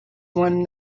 one